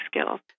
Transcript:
skills